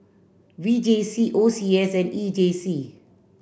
V J C O C S and E J C